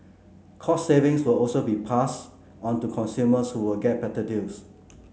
cost savings will also be passed onto consumers who will get better deals